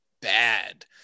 bad